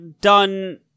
done